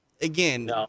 again